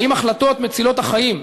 האם החלטות מצילות החיים,